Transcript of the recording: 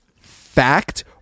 fact